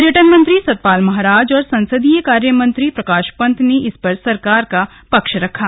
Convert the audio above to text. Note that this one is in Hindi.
पर्यटन मंत्री सतपाल महाराज और संसदीय कार्य मंत्री प्रकाश पंत ने इस पर सरकार का पक्ष रखा